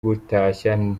gutashya